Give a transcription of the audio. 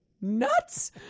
nuts